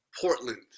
Portland